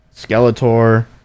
Skeletor